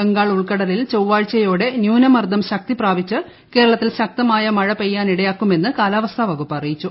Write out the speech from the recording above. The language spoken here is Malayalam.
ബംഗാൾ ഉൾക്കടലിൽ ചൊവ്വാഴ്ചയോടെ ന്യൂനമർദം ശക്തിപ്രാപിച്ച് കേരളത്തിൽ ശക്തമായ മഴ പെയ്യാനിടയാക്കുമെന്ന് കാലാവസ്ഥാ വകുപ്പ് അറിയിച്ചു